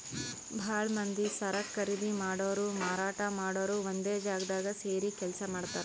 ಭಾಳ್ ಮಂದಿ ಸರಕ್ ಖರೀದಿ ಮಾಡೋರು ಮಾರಾಟ್ ಮಾಡೋರು ಒಂದೇ ಜಾಗ್ದಾಗ್ ಸೇರಿ ಕೆಲ್ಸ ಮಾಡ್ತಾರ್